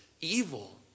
evil